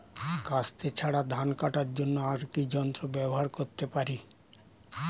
কাস্তে ছাড়া ধান কাটার জন্য আর কি যন্ত্র ব্যবহার করতে পারি?